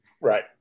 Right